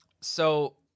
So-